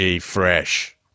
Fresh